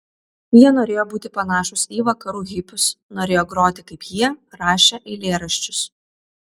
jie norėjo būti panašūs į vakarų hipius norėjo groti kaip jie rašė eilėraščius